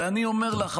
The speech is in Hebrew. ואני אומר לך,